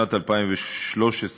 בשנת 2013,